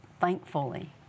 thankfully